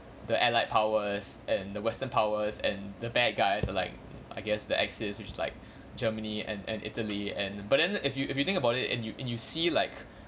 the allied powers and the western powers and the bad guys are like I guess the axis which is like germany and italy and but then if you if you think about it and you and you see like